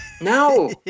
No